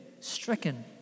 stricken